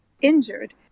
injured